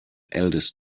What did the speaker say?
eldest